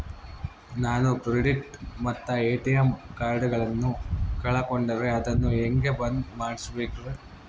ನಾನು ಕ್ರೆಡಿಟ್ ಮತ್ತ ಎ.ಟಿ.ಎಂ ಕಾರ್ಡಗಳನ್ನು ಕಳಕೊಂಡರೆ ಅದನ್ನು ಹೆಂಗೆ ಬಂದ್ ಮಾಡಿಸಬೇಕ್ರಿ?